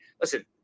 listen